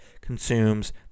consumes